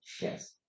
Yes